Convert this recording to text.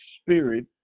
Spirit